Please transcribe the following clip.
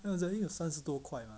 then 我讲 eh 有三十多块 mah